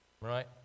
Right